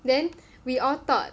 then we all thought